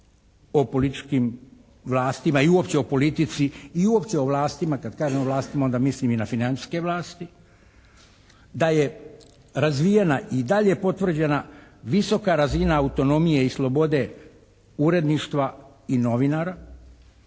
o političkim vlastima i uopće o politici i uopće o vlastima. Kad kažem vlastima onda mislim i na financijske vlasti. Da je razvijena i dalje potvrđena visoka razina autonomije i slobode uredništva i novinara.